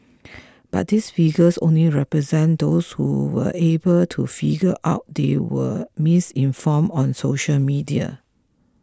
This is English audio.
but this figures only represents those who were able to figure out they were misinformed on social media